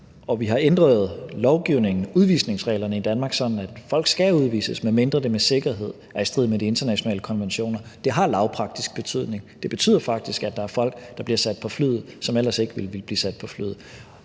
vi har ændret udvisningsreglerne i Danmark, sådan at folk skal udvises, medmindre det med sikkerhed er i strid med de internationale konventioner. Det har lavpraktisk betydning. Det betyder faktisk, at der er folk, der bliver sat på flyet, som ellers ikke ville blive sat på flyet.